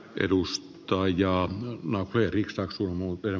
edus ta jaa no kai riksraksu muuten